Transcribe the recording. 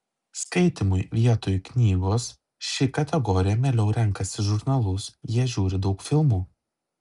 skaitymui vietoj knygos ši kategorija mieliau renkasi žurnalus jie žiūri daug filmų